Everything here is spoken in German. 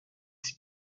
sie